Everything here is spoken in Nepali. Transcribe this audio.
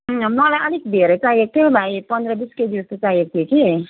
मलाई अलिक धेरै चाहिएको थियो भाइ पन्ध्र बिस केजी जस्तो चाहिएको थियो कि